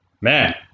man